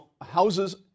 houses